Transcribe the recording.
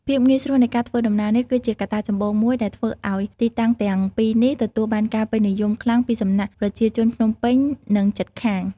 ភាពងាយស្រួលនៃការធ្វើដំណើរនេះគឺជាកត្តាចម្បងមួយដែលធ្វើឲ្យទីតាំងទាំងពីរនេះទទួលបានការពេញនិយមខ្លាំងពីសំណាក់ប្រជាជនភ្នំពេញនិងជិតខាង។